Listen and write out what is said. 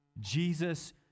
Jesus